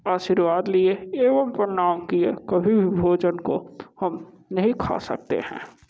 आशीर्वाद लिए एवं प्रणाम किए कभी भी भोजन को हम नहीं खा सकते हैं